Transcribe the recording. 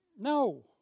No